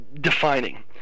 defining